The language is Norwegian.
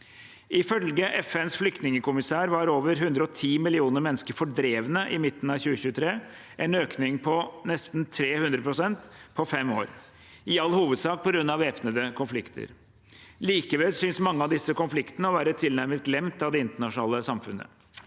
Ifølge FNs flyktningkommissær var over 110 millioner mennesker fordrevne i midten av 2023, en økning på nesten 300 pst. på fem år – i all hovedsak på grunn av væpnede konflikter. Likevel synes mange av disse konfliktene å være tilnærmet glemt av det internasjonale samfunnet.